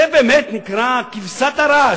זה באמת נקרא כבשת הרש.